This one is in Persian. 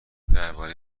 درباره